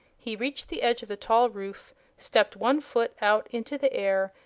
he reached the edge of the tall roof, stepped one foot out into the air,